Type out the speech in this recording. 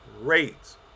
rates